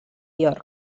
york